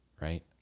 right